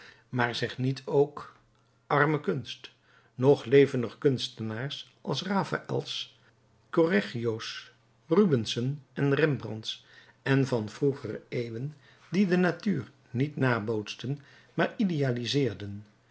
maar zeg niet ook armen kunst nog leven er kunstenaars als de raphaël's correggio's rubensen en rembrandts en van vroegere eeuwen die de natuur niet nabootsen maar